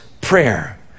prayer